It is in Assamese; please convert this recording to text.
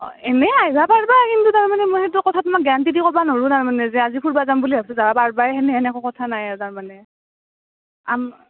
অঁ এনেই আইভা পাৰবা কিন্তু তাৰ মানে মই সেইটো কথা তোমাক গেৰাণ্টি দি ক'বা নৰু তাৰ মানে যে আজি ফুৰবা যাম বুলি ভাবছোঁ যাবা পাৰবাই সেনেহেন একো কথা নাই আৰু তাৰ মানে